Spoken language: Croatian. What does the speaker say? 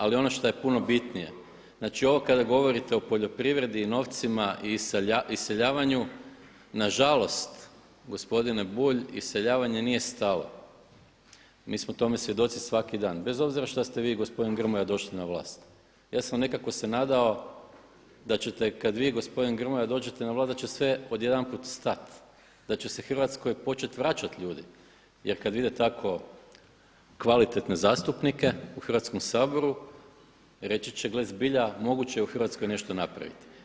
Ali ono što je puno bitnije, znači ovo kada govorite o poljoprivredi i novcima i iseljavanju, nažalost gospodine Bulj iseljavanje nije stalo, mi smo tome svjedoci svaki dan, bez obzira što ste vi i gospodin Grmoja došli na vlast. ja sam se nekako nadao da ćete kada vi i gospodin Grmoja dođete na vlast da će sve odjedanput stati, da će se Hrvatskoj početi vraćati ljudi jer kada vide tako kvalitetne zastupnike u Hrvatskom saboru, reći će gle zbilja moguće je u Hrvatskoj nešto napraviti.